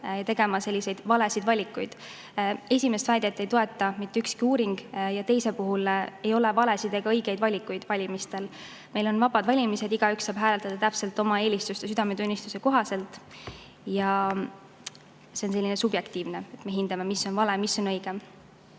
tegema selliseid valesid valikuid. Esimest väidet ei toeta mitte ükski uuring ja teise puhul: ei ole valesid ega õigeid valikuid valimistel. Meil on vabad valimised, igaüks saab hääletada täpselt oma eelistuste ja südametunnistuse kohaselt. See on subjektiivne, et me hindame, mis on vale, mis on õige.